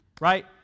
right